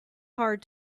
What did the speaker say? hard